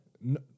No